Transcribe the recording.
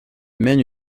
mène